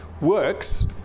works